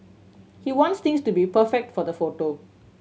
he wants things to be perfect for the photo